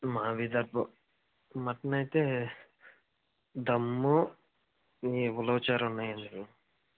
మావిధపు mutton అయితే దమ్ము ఉలవచారు ఉన్నాయండి